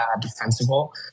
defensible